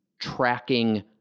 tracking